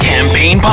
Campaign